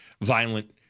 violent